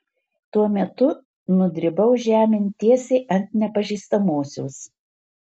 tuo metu nudribau žemėn tiesiai ant nepažįstamosios